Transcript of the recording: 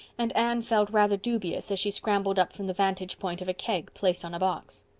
and anne felt rather dubious as she scrambled up from the vantage point of a keg placed on a box.